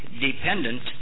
dependent